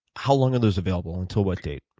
how long are those available, until what date?